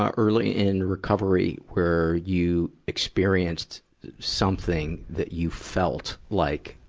ah early in recovery where you experienced something that you felt like,